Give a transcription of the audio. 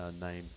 name